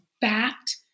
fact